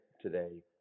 today